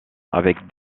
avec